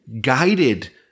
guided